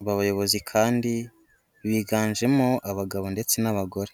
aba bayobozi kandi biganjemo abagabo ndetse n'abagore.